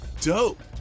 dope